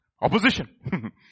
Opposition